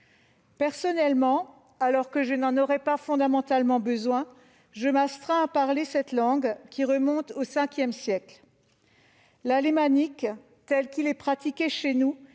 quotidien. Alors que je n'en aurais pas fondamentalement besoin, je m'astreins à parler cette langue qui remonte au V siècle. L'alémanique, tel qu'il est pratiqué chez nous,